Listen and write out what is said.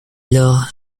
lors